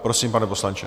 Prosím, pane poslanče.